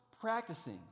practicing